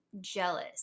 jealous